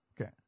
Okay